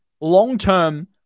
long-term